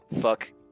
Fuck